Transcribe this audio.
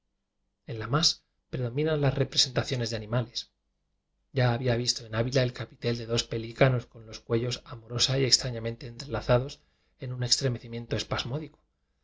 las más predominan las represen taciones de animales ya había visto en ávila el capitel de dos pelícanos con los cuellos amorosa y extrañamente enlazados en un exíremecimienío